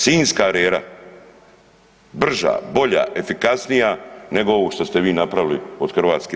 Sinjska rera brža, bolja, efikasnija nego ovo što ste vi napravili od HŽ-a.